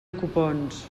copons